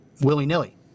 willy-nilly